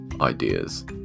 ideas